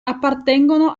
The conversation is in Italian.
appartengono